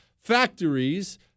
factories